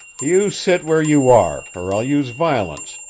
you sit where you are, or i'll use violence!